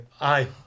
Aye